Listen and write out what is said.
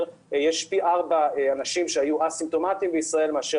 יש פי ארבעה אנשים שהיו א-סימפטומטיים בישראל מאשר